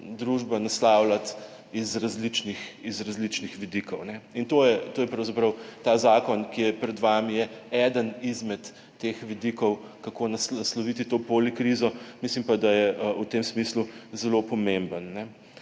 naslavljati iz različnih vidikov. Ta zakon ki je pred vami, je pravzaprav eden izmed teh vidikov, kako nasloviti to polikrizo, mislim pa, da je v tem smislu zelo pomemben.